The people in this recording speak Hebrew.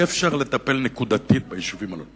אי-אפשר לטפל נקודתית ביישובים האלה,